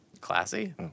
Classy